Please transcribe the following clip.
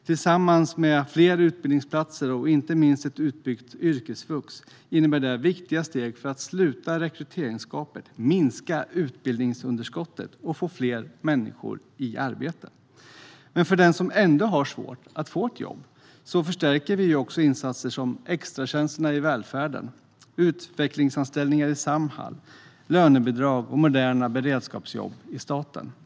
Tillsammans med fler utbildningsplatser och inte minst ett utbyggt yrkesvux innebär det viktiga steg för att sluta rekryteringsgapet, minska utbildningsunderskottet och få fler människor i arbete. För den som ändå har svårt att få ett jobb förstärker vi också insatser som extratjänsterna i välfärden, utvecklingsanställningar i Samhall, lönebidrag och moderna beredskapsjobb i staten.